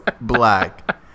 black